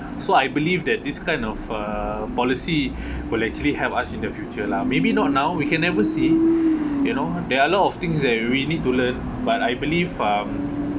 so I believe that this kind of uh policy will actually help us in the future lah maybe not now we can never see you know there are a lot of things that we need to learn but I believe um